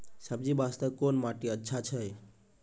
सब्जी बास्ते कोन माटी अचछा छै?